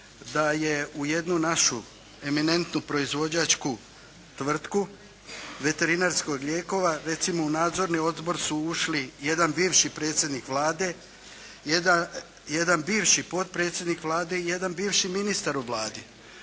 da je u jednu našu eminentnu proizvođačku tvrtku veterinarskih lijekova recimo u nadzorni odbor su ušli jedan bivši predsjednik Vlade, jedan bivši potpredsjednik Vlade i jedan bivši ministar u Vladi.